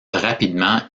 rapidement